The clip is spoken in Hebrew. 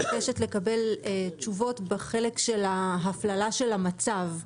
מבקשת לקבל תשובות בחלק של ההפללה של המצב.